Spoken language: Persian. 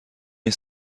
این